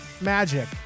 magic